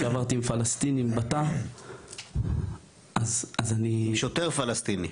שעברתי עם פלסטינים בתא -- שוטר פלסטיני.